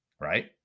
Right